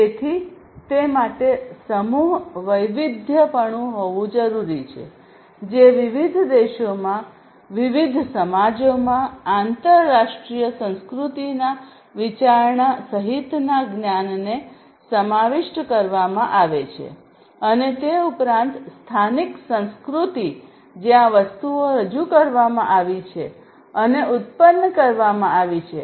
તેથી તે માટે સમૂહ વૈવિધ્યપણું હોવું જરૂરી છે જે વિવિધ દેશોમાં વિવિધ સમાજોમાં આંતરરાષ્ટ્રીય સંસ્કૃતિના વિચારણા સહિતના જ્ઞાનને સમાવિષ્ટ કરવામાં આ છે અને તે ઉપરાંત સ્થાનિક સંસ્કૃતિ જ્યાં વસ્તુઓ રજૂ કરવામાં આવી છે અને ઉત્પન્ન કરવામાં આવી છે